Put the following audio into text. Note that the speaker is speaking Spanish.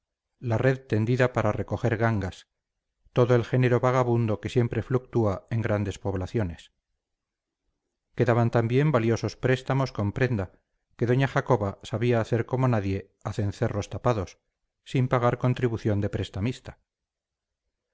la red tendida para recoger gangas todo el género vagabundo que siempre fluctúa en grandes poblaciones quedaban también valiosos préstamos con prenda que doña jacoba sabía hacer como nadie a cencerros tapados sin pagar contribución de prestamista